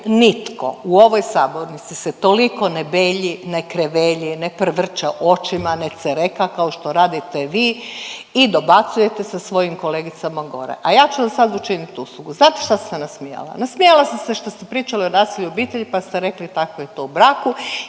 nitko u ovoj sabornici se toliko ne belji, ne krevelji, ne prevrće očima, ne cereka kao što radite vi i dobacujete sa svojim kolegicama gore. A ja ću vam sad učiniti uslugu. Znate šta sam se nasmijala? Nasmijala sam se što ste pričali o nasilju u obitelji pa ste rekli „tako je to u braku“